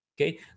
Okay